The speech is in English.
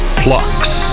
plucks